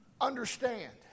understand